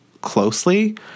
closely